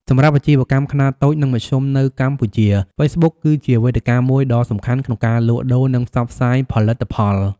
សម្រាប់អាជីវកម្មខ្នាតតូច និងមធ្យមនៅកម្ពុជា ហ្វេសប៊ុកគឺជាវេទិកាមួយដ៏សំខាន់ក្នុងការលក់ដូរ និងផ្សព្វផ្សាយផលិតផល។